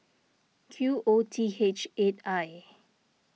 Q O T H eight I